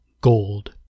gold